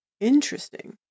interesting